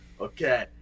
okay